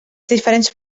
diferents